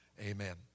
Amen